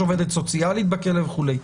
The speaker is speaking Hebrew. יש עובדת סוציאלית בכלא וכולי.